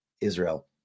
Israel